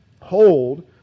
hold